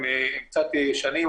הם קצת ישנים,